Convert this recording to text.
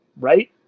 right